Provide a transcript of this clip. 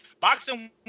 Boxing